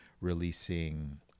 releasing